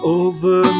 over